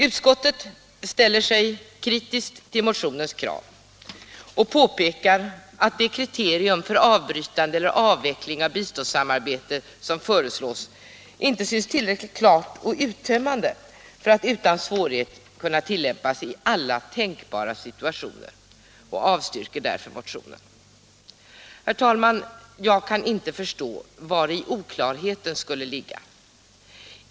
Utskottet ställer sig kritiskt till motionens krav och påpekar att det kriterium för avbrytande eller avveckling av biståndssamarbete som föreslås inte synes tillräckligt klart och uttömmande för att utan svårighet Internationellt utvecklingssamar kunna tillämpas i alla tänkbara situationer och avstyrker därför motionen. Herr talman! Jag kan inte förstå vari oklarheten skulle ligga.